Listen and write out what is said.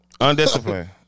Undisciplined